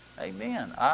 Amen